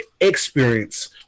experience